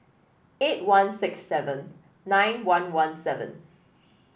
eight one six seven nine one one seven